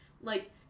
like-